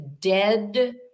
dead